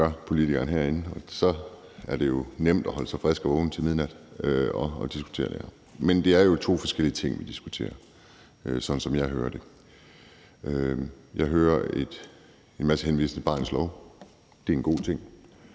det er en god ting.